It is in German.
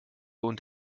und